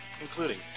including